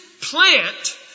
plant